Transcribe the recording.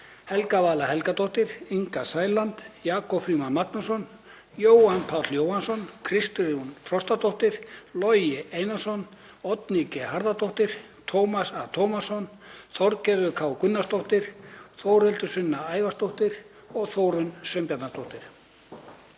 Helga Vala Helgadóttir, Inga Sæland, Jakob Frímann Magnússon, Jóhann Páll Jóhannsson, Kristrún Frostadóttir, Logi Einarsson, Oddný G. Harðardóttir, Tómas A. Tómasson, Þorgerður K. Gunnarsdóttir, Þórhildur Sunna Ævarsdóttir og Þórunn Sveinbjarnardóttir.